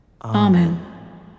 Amen